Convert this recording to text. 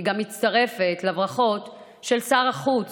אני גם מצטרפת לברכות של שר החוץ